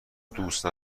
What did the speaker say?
دوست